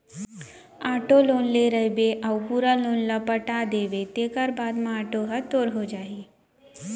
auto loan ले रहिबे अउ पूरा लोन ल पटा देबे तेखर बाद म आटो ह तोर हो जाही